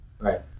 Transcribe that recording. Right